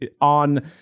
on